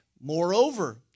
Moreover